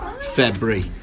February